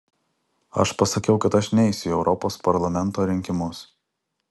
aš pasakiau kad aš neisiu į europos parlamento rinkimus